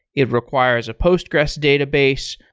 it requires a postgres database.